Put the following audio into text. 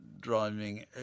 driving